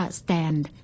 stand